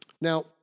Now